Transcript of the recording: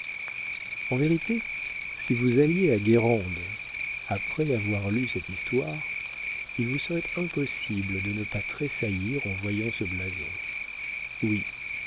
en vérité si vous alliez à guérande après avoir lu cette histoire il vous serait impossible de ne pas tressaillir en voyant ce blason oui